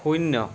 শূন্য